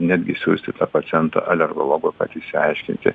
netgi siųsti tą pacientą alergologui kad išaiškinti